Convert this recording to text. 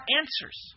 answers